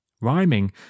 Rhyming